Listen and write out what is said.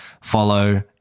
follow